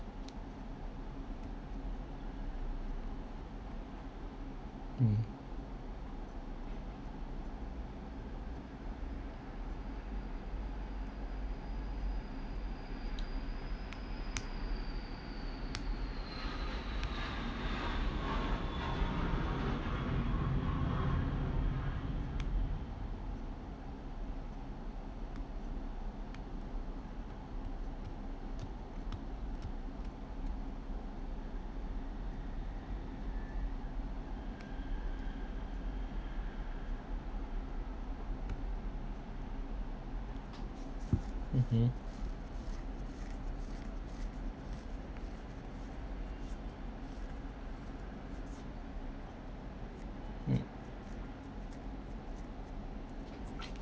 mm mmhmm mm